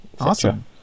Awesome